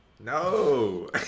No